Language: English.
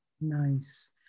Nice